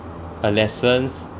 a lessons